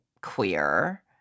queer